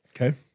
Okay